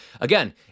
again